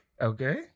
Okay